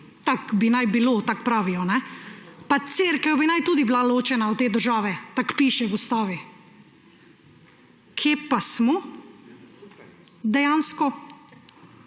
Tako bi naj bilo, tako pravijo. Pa cerkev bi naj tudi bila ločena od te države, tako piše v ustavi. Kje pa smo dejansko?